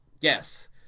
yes